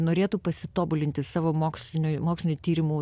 norėtų pasitobulinti savo mokslinių mokslinių tyrimų